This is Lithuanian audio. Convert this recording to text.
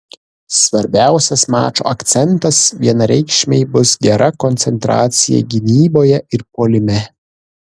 svarbiausias mačo akcentas vienareikšmiai bus gera koncentracija gynyboje ir puolime